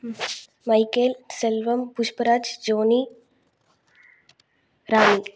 ம் Michael Selvam Pushparaj Johnny Rai